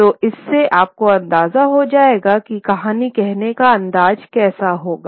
तो इससे आपको अंदाजा हो जाएगा कि कहानी कहने का अंदाज़ कैसा होगा